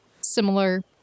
similar